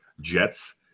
Jets